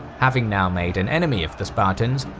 having now made an enemy of the spartans,